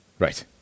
Right